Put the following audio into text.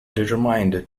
determined